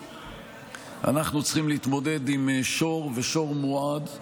שאנחנו צריכים להתמודד עם שור, ושור מועד.